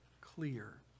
clear